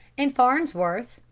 and farnsworth,